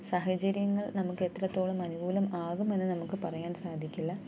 സഹചര്യങ്ങൾ നമുക്ക് എത്രത്തോളം അനുകൂലം ആകുമെന്ന് നമുക്ക് പറയാൻ സാധിക്കില്ല